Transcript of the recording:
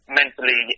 mentally